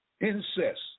incest